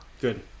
Good